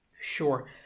Sure